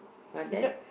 uh then